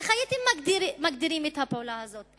איך הייתם מגדירים את הפעולה הזאת?